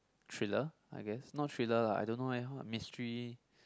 thriller I guess not thriller lah I don't know eh what mystery